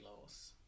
loss